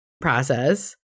process